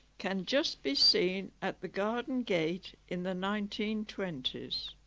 can just be seen at the garden gate in the nineteen twenty s